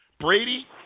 Brady